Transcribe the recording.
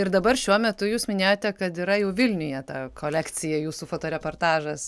ir dabar šiuo metu jūs minėjote kad yra jau vilniuje ta kolekcija jūsų fotoreportažas